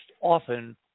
often